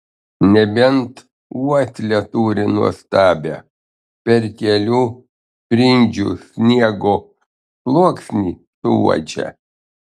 nebent uoslę turi nuostabią per kelių sprindžių sniego sluoksnį suuodžia